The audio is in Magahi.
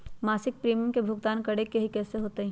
मासिक प्रीमियम के भुगतान करे के हई कैसे होतई?